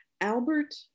Albert